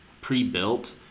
pre-built